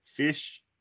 Fish